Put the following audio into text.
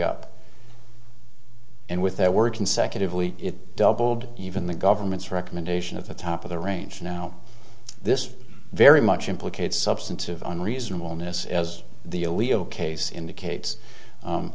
up and with their work consecutively it doubled even the government's recommendation of the top of the range now this very much implicates substantive and reasonable illness as the legal case indicate